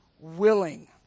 willing